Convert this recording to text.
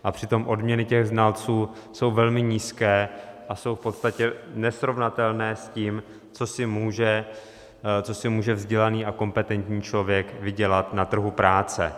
A přitom odměny těch znalců jsou velmi nízké a jsou v podstatě nesrovnatelné s tím, co si může vzdělaný a kompetentní člověk vydělat na trhu práce.